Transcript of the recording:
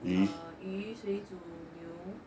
uh 鱼水煮牛